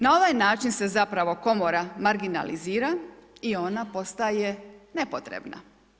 Na ovaj način se zapravo komora marginalizira i ona postaje nepotrebna.